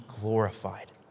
glorified